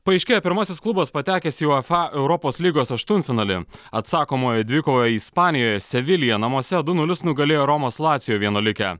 paaiškėjo pirmasis klubas patekęs į uefa europos lygos aštuntfinalį atsakomojoje dvikovoje ispanijoje seviliją namuose du nulis nugalėjo romos latsijo vienuolikę